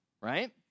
Right